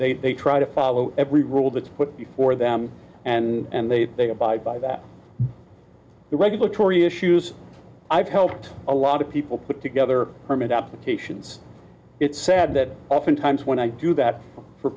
try to follow every rule that's put before them and they they abide by that the regulatory issues i've helped a lot of people put together permit applications it's sad that oftentimes when i do that for